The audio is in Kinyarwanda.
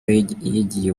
yigiye